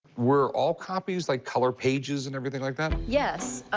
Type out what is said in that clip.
were all copies, like, color pages and everything like that? yes.